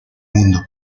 mundo